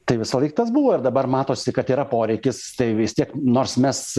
tai visąlaik tas buvo ir dabar matosi kad yra poreikis tai vis tiek nors mes